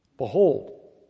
Behold